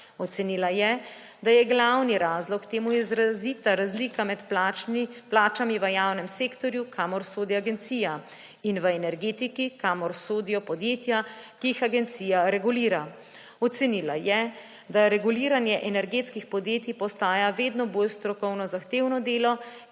Ocenila je, da je glavni razlog temu izrazita razlika med plačami v javnem sektorju, kamor sodi agencija, in v energetiki, kamor sodijo podjetja, ki jih agencija regulira. Ocenila je, da reguliranje energetskih podjetij postaja vedno bolj strokovno zahtevno delo,